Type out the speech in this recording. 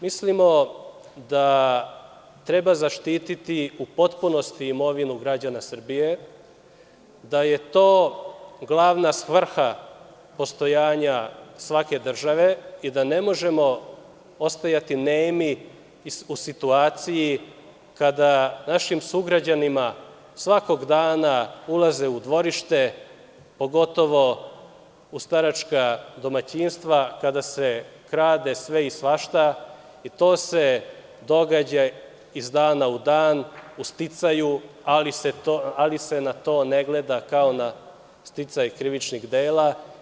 Mislimo da treba zaštititi u potpunosti imovinu građana Srbije, da je to glavna svrha postojanja svake države i da ne možemo ostajati nemi u situaciji kada našim sugrađanima svakog dana ulaze u dvorište, pogotovo, u staračka domaćinstva, kada se krade sve i svašta i to se događa iz dana u dan, ali se na to ne gleda kao na sticaji krivičnih dela.